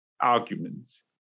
arguments